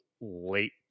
late